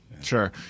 Sure